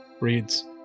reads